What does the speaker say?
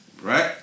Right